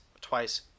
twice